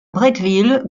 bretteville